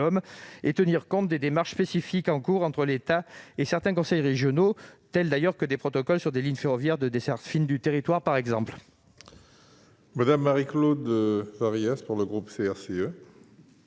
et tenir compte des démarches spécifiques en cours entre l'État et certains conseils régionaux, tels les protocoles sur des lignes ferroviaires de desserte fine du territoire. La parole est à Mme Marie-Claude Varaillas. Monsieur le